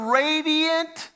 radiant